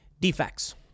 defects